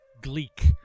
Gleek